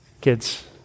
kids